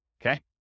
okay